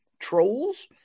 trolls